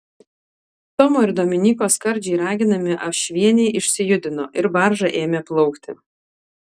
tomo ir dominyko skardžiai raginami ašvieniai išsijudino ir barža ėmė plaukti